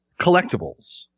collectibles